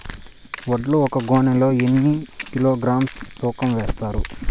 వడ్లు ఒక గోనె లో ఎన్ని కిలోగ్రామ్స్ తూకం వేస్తారు?